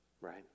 Right